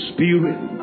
Spirit